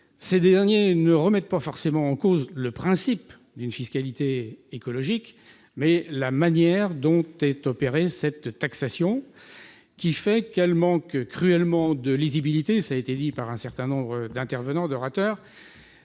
Ces derniers ne remettent pas forcément en question le principe d'une fiscalité écologique, mais la manière dont est opérée cette taxation, ce qui conduit à la faire manquer cruellement de lisibilité- cela a été dit par un certain nombre d'orateurs